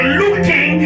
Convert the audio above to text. looking